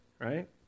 right